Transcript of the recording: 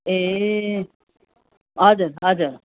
ए हजुर हजुर